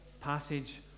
passage